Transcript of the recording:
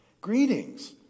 Greetings